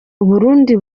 burundi